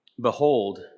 Behold